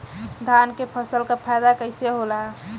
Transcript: धान क फसल क फायदा कईसे होला?